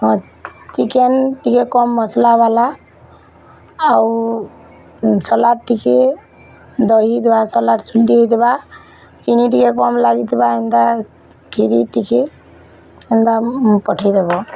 ହଁ ଚିକେନ୍ ଟିକେ କମ୍ ମସଲା ବାଲା ଆଉ ସଲାଟ୍ ଟିକେ ଦହିଦୁହା ସଲାଟ୍ ସୁଲିଟ୍ ଟିକେ ହେଇଥିବା ଚିନି ଟିକେ କମ୍ ଲାଗିଥିବା ଏନ୍ତା ଖୀରି ଟିକେ ଏନ୍ତା ପଠେଇଦେବ